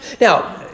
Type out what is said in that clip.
now